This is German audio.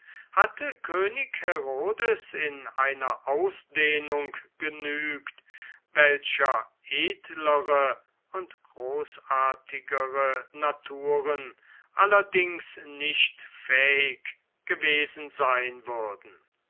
hatte könig herodes in einer ausdehnung genügt welcher edlere und großartigere naturen allerdings nicht fähig gewesen sein würden